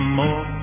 more